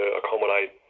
accommodate